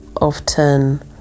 often